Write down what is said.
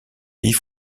pays